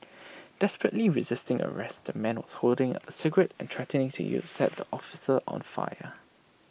desperately resisting arrest the man was holding A cigarette and threatening to set the officers on fire